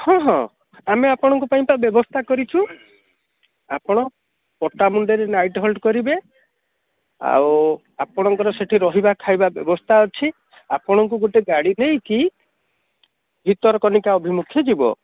ହଁ ହଁ ଆମେ ଆପଣଙ୍କ ପାଇଁ ପା ବ୍ୟବସ୍ଥା କରିଛୁ ଆପଣ ପଟାମୁଣ୍ଡେଇରେ ନାଇଟ ହୋଲଡ଼ କରିବେ ଆଉ ଆପଣଙ୍କର ସେଠି ରହିବା ଖାଇବା ବ୍ୟବସ୍ଥା ଅଛି ଆପଣଙ୍କୁ ଗୋଟେ ଗାଡ଼ି ନେଇକି ଭିତରକନିକା ଅଭିମୁଖେ ଯିବ